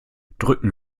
drücken